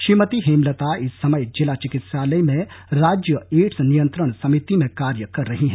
श्रीमती हेमलता इस समय जिला चिकित्सालय में राज्य एडस नियंत्रण समिति में कार्य कर रही हैं